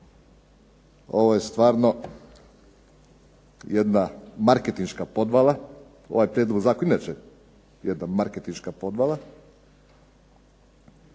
ovo je stvarno jedna marketinška podvala, ovaj prijedlog zakona je inače jedna marketinška podvala,